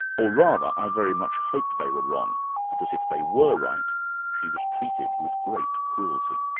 or rather i very much hope they were wrong because if they were right she was treated with great cruelty